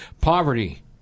Poverty